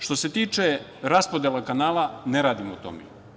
Što se tiče raspodela kanala – ne radimo to mi.